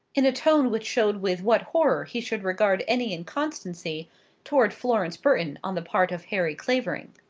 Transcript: in a tone which showed with what horror he should regard any inconstancy towards florence burton on the part of harry clavering.